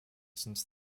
since